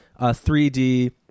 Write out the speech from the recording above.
3D